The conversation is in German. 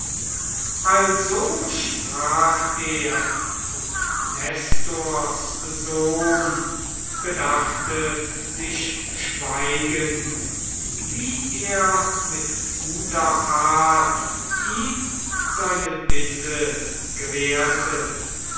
also sprach er und nestors sohn bedachte sich schweigend wie er mit guter art ihm seine bitte gewährte